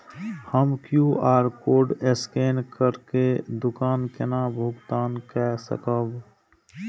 हम QR code scan करके दुकान केना भुगतान काय सकब?